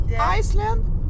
Iceland